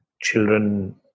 children